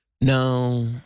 No